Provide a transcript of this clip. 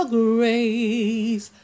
grace